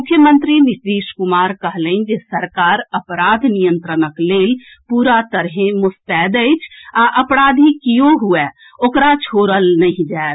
मुख्यमंत्री नीतीश कुमार कहलनि जे सरकार अपराध नियंत्रणक लेल पूरा तरहें मोस्तैद अछि आ अपराधी किओ हुअए ओकरा छोड़ल नहि जाएत